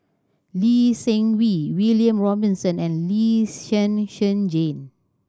Lee Seng Wee William Robinson and Lee Zhen Zhen Jane